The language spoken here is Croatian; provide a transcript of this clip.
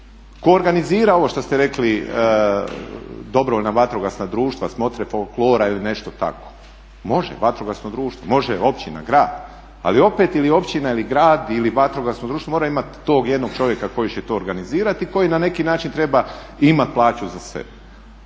tko organizira ovo što ste rekli dobrovoljna vatrogasna društva, smotre folklora ili nešto tako? Može vatrogasno društvo, može općina, grad, ali opet općina ili grad ili vatrogasno društvo mora imati tog jednog čovjeka koji će to organizirati i koji na neki način treba imati plaću za sebe.